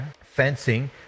fencing